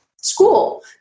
school